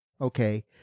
okay